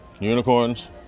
Unicorns